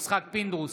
יצחק פינדרוס,